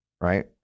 Right